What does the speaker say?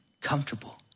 comfortable